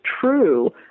true